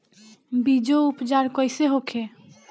बीजो उपचार कईसे होखे?